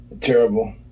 terrible